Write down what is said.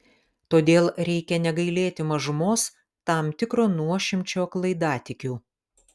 todėl reikia negailėti mažumos tam tikro nuošimčio klaidatikių